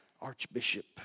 archbishop